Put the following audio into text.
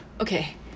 okay